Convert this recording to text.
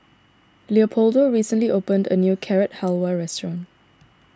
Leopoldo recently opened a new Carrot Halwa restaurant